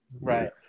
Right